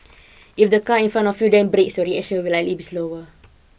if the car in front of you then brakes so you should will likely be slower